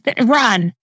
Run